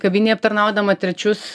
kavinėj aptarnaudama trečius